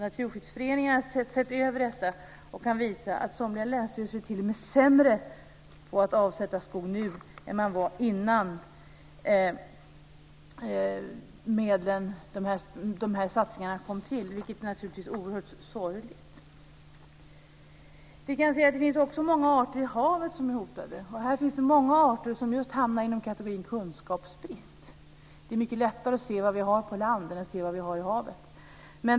Naturskyddsföreningarna har sett över detta och kan visa att somliga länsstyrelser t.o.m. är sämre på att avsätta skog nu än vad de var innan satsningarna kom till, vilket naturligtvis är oerhört sorgligt. Det finns också många arter i havet som är hotade. Här finns det många arter som just hamnar inom kategorin kunskapsbrist. Det är mycket lättare att se vad vi har på land än vad vi har i havet.